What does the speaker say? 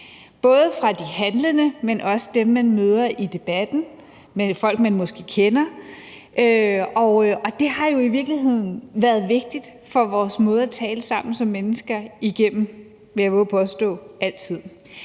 både fra de handlende, men også fra dem, man møder. Det er folk, man måske kender, og det har jo i virkeligheden igennem alle tider været vigtigt for vores måde at tale sammen på som mennesker, vil jeg